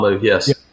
yes